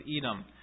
Edom